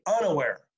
unaware